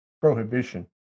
prohibition